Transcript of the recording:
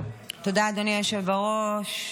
אדוני היושב-ראש.